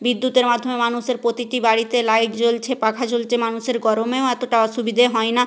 বিদ্যুতের মাধ্যমে মানুষের প্রতিটি বাড়িতে লাইট জ্বলছে পাখা চলছে মানুষের গরমেও এতটা অসুবিধে হয় না